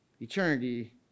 eternity